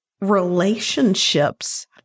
relationships